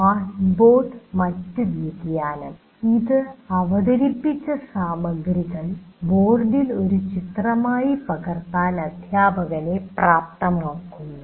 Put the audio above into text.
smart board മറ്റ് വ്യതിയാനം ഇത് അവതരിപ്പിച്ച സാമഗ്രികൾ ബോർഡിൽ ഒരു ചിത്രമായി പകർത്താൻ അധ്യാപകനെ പ്രാപ്തമാക്കുന്നു